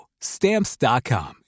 Stamps.com